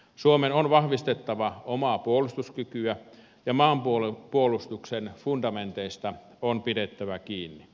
suomen on vahvistettava omaa puolustuskykyä ja maanpuolustuksen fundamenteista on pidettävä kiinni